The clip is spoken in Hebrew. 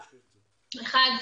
האחת,